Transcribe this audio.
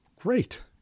great